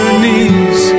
knees